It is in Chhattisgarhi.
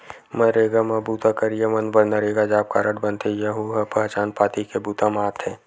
मनरेगा म बूता करइया मन बर नरेगा जॉब कारड बनथे, यहूं ह पहचान पाती के बूता म आथे